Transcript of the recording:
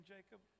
Jacob